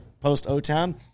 post-O-Town